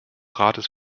rates